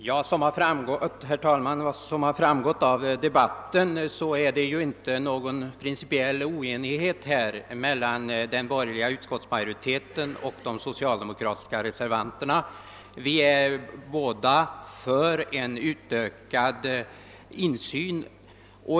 Herr talman! Som har framgått av debatten råder det inte någon principiell oenighet mellan den borgerliga utskottsmajoriteten och de socialdemokratiska reservanterna. Vi är alla positiva till en utökad insyn.